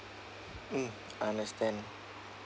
mm understand